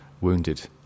wounded